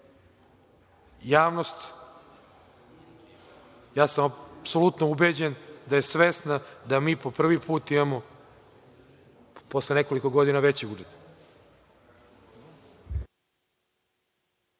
Javnost, ja sam apsolutno ubeđen, je svesna da mi po prvi put imamo posle nekoliko godina veći budžet.